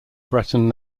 breton